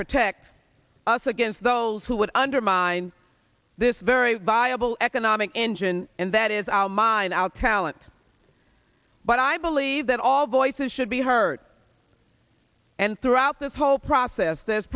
protect us against those who would undermine this very viable economic engine and that is our mind out talent but i believe that all voices should be heard and throughout this whole process there's